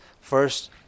First